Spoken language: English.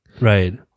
Right